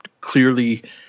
clearly